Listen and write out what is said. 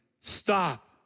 Stop